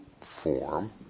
form